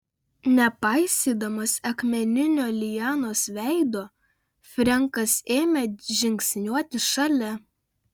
nepaisydamas akmeninio lianos veido frenkas ėmė žingsniuoti šalia